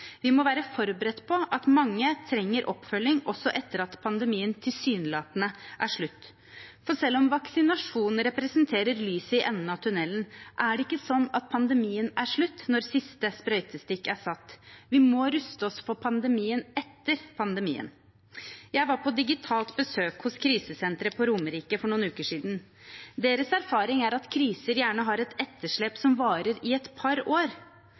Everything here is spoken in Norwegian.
Vi må være forberedt på at mange trenger oppfølging også etter at pandemien tilsynelatende er slutt. For selv om vaksinasjon representerer lyset i enden av tunellen, er det ikke sånn at pandemien er slutt når siste sprøytestikk er satt. Vi må ruste oss for pandemien etter pandemien. Jeg var på digitalt besøk hos Romerike Krisesenter for noen uker siden. Deres erfaring er at kriser gjerne har et etterslep som varer i et par år.